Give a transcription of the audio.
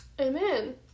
Amen